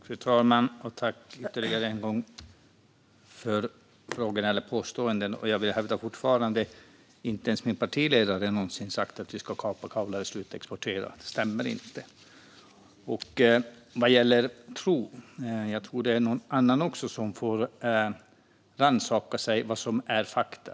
Fru talman! Jag tackar ledamoten ytterligare en gång för frågorna, eller påståendena. Jag vill fortfarande hävda att inte ens min partiledare någonsin har sagt att vi ska kapa kablar och sluta exportera. Det stämmer inte. Vad gäller "tro" tror jag att det även är någon annan som får rannsaka sig när det gäller vad som är fakta.